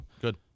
Good